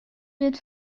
wird